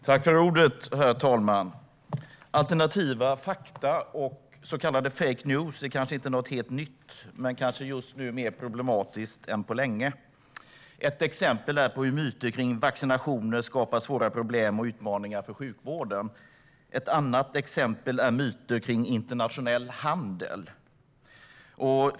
Herr talman! Alternativa fakta och så kallade fake news är kanske inte något helt nytt, men det är just nu mer problematiskt än på länge. Ett exempel är att myter om vaccinationer skapar svåra problem och utmaningar för sjukvården. Ett annat exempel är myter om internationell handel.